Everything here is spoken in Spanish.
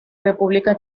república